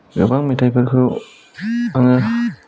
गोबां मेथाइफोरखौ आङो